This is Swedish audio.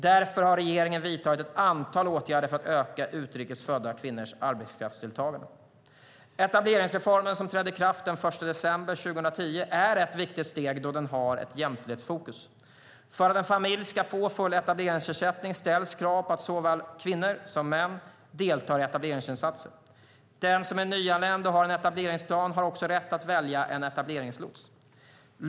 Därför har regeringen vidtagit ett antal åtgärder för att öka utrikes födda kvinnors arbetskraftsdeltagande. Etableringsreformen, som trädde i kraft den 1 december 2010, är ett viktigt steg då den har ett jämställdhetsfokus. För att en familj ska få full etableringsersättning ställs krav på att såväl kvinnor som män deltar i etableringsinsatser. Den som är nyanländ och har en etableringsplan har också rätt att välja en etableringslots.